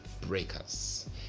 breakers